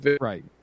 right